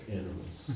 animals